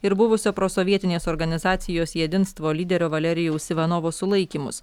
ir buvusio prosovietinės organizacijos jedinstvo lyderio valerijaus ivanovo sulaikymus